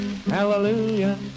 hallelujah